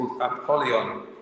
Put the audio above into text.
Apollyon